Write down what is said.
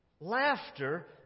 Laughter